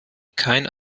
kein